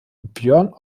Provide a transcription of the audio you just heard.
björn